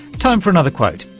time for another quote,